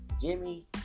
Jimmy